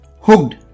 Hooked